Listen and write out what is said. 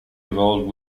involved